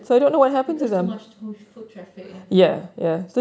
because so much traffic eh